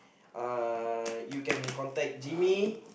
uh you can contact Jimmy